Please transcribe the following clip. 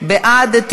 להצביע.